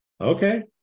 Okay